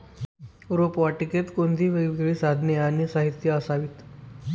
रोपवाटिकेत कोणती वेगवेगळी साधने आणि साहित्य असावीत?